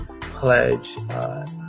pledge